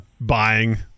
buying